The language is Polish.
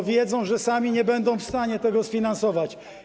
Bo wiedzą, że sami nie będą w stanie tego sfinansować.